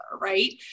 right